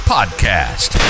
Podcast